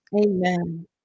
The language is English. amen